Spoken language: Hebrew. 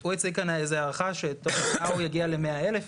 הוא הציג כאן הערכה שתוך שנה הוא יגיע ל-100,000.